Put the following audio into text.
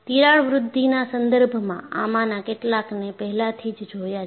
તિરાડ વૃદ્ધિના સંદર્ભમાં આમાંના કેટલાકને પહેલાથી જ જોયા છે